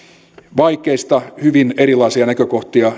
vaikeista hyvin erilaisia näkökohtia